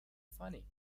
funny